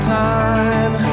time